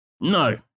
No